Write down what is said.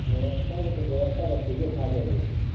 व्यवस्था लेके व्यवस्था तऽ ठिकेठाक हय वहाँके